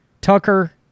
Tucker